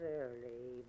early